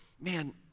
man